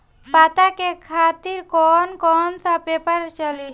पता के खातिर कौन कौन सा पेपर चली?